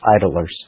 idlers